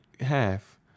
half